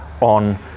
on